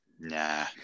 Nah